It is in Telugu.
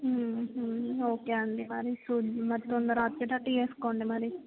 ఓకే అండి మరి ఫుడ్ మరి తొందరగా వచ్చేటట్టు చేసుకోండి మరి